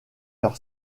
leur